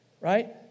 Right